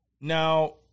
Now